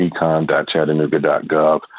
econ.chattanooga.gov